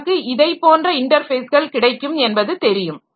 நமக்கு இதைப்போன்ற இன்டர்பேஸ்கள் கிடைக்கும் என்பது தெரியும்